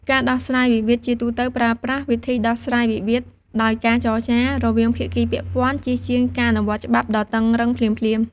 ការដោះស្រាយវិវាទជាទូទៅប្រើប្រាស់ វិធីដោះស្រាយវិវាទដោយការចរចា រវាងភាគីពាក់ព័ន្ធ ជាជាងការអនុវត្តច្បាប់ដ៏តឹងរ៉ឹងភ្លាមៗ។